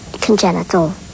congenital